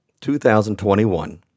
2021